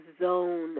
zone